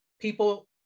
people